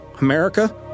America